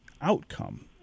outcome